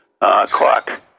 clock